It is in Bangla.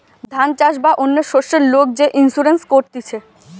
ধান চাষ বা অন্য শস্যের লোক যে ইন্সুরেন্স করতিছে